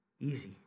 Easy